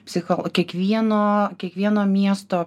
psicho kiekvieno kiekvieno miesto